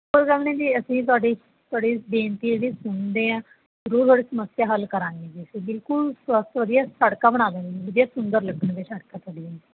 ਕੋਈ ਗੱਲ ਨਹੀਂ ਜੀ ਅਸੀਂ ਤੁਹਾਡੀ ਤੁਹਾਡੀ ਬੇਨਤੀ ਹੈ ਜੀ ਸੁਣਦੇ ਹਾਂ ਜ਼ਰੂਰ ਤੁਹਾਡੀ ਸਮੱਸਿਆ ਹੱਲ ਕਰਾਂਗੇ ਜੀ ਅਸੀਂ ਬਿਲਕੁਲ ਸਵੱਛ ਵਧੀਆ ਸੜਕਾਂ ਬਣਾ ਦਾਂਗੇ ਜੀ ਵਧੀਆ ਸੁੰਦਰ ਲੱਗਣਗੀਆਂ ਸੜਕਾਂ ਤੁਹਾਡੀਆਂ ਜੀ